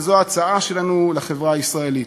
וזו ההצעה שלנו לחברה הישראלית: